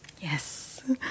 Yes